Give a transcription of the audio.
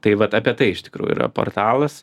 tai vat apie tai iš tikrųjų yra portalas